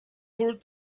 through